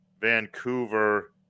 Vancouver